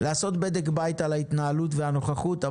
לעשות בדק בית על ההתנהלות ועל הנוכחות,